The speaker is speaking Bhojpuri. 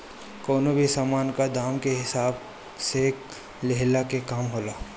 कवनो भी सामान कअ दाम के हिसाब से कर लेहला के काम होला